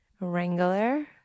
Wrangler